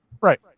Right